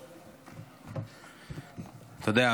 אתה יודע,